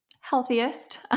healthiest